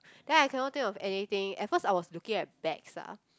then I cannot think of anything at first I was looking at bags ah